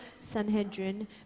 Sanhedrin